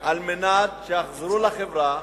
על מנת שיחזרו לחברה